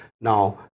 now